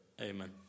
Amen